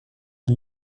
die